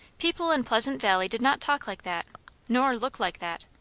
people in pleasant valley did not talk like that nor look like that.